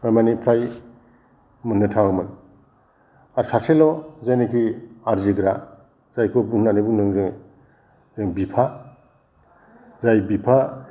माने फ्राय मोननो थाङामोन आरो सासेल' जायनोखि आरजिग्रा जायखौ होननानै बुंदों जों जों बिफा जाय बिफा